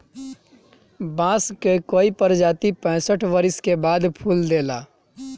बांस कअ कई प्रजाति पैंसठ बरिस के बाद फूल देला